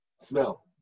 smell